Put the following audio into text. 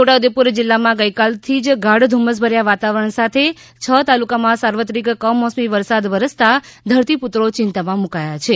છોટા ઉદેપુર જિલ્લામાં ગઈકાલથી જ ગાઢ ધુમ્મસ ભર્યા વાતાવરણ સાથે છ તાલુકામાં સાર્વત્રિક કમોસમી વરસાદ વરસતાં ઘરતીપુત્રો ચિંતામાં મૂકાયા છે